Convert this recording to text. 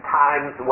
times